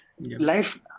life